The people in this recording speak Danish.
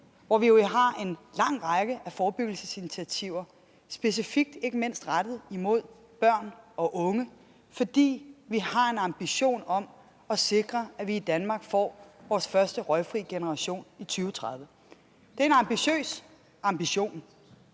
hvor vi jo har en lang række af forebyggelsesinitiativer – ikke mindst specifikt rettet mod børn og unge, fordi vi har en ambition om at sikre, at vi i Danmark får vores første røgfri generation i 2030. Det er en ambitiøs politik,